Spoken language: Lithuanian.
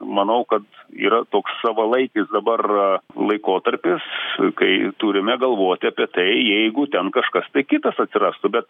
manau kad yra toks savalaikis dabar laikotarpis kai turime galvoti apie tai jeigu ten kažkas tai kitas atsirastų bet